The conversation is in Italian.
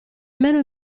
meno